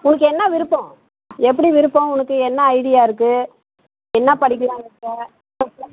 உங்களுக்கு என்ன விருப்பம் எப்படி விருப்பம் உனக்கு என்ன ஐடியா இருக்குது என்ன படிக்கிறாங்க இப்போ